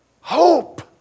Hope